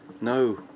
No